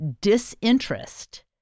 disinterest